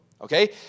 okay